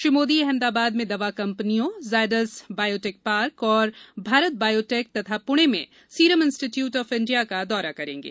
श्री मोदी अहमदाबाद में दवा कंपनियों जायडस बायोटेक पार्क और भारत बायोटेक तथा पुणे में सीरम इंस्टीट्यूट ऑफ इंडिया का दौरा करेंगे